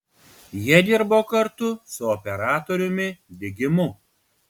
jie dirbo kartu su operatoriumi digimu